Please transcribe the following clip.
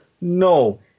No